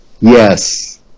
Yes